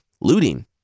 looting